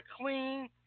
clean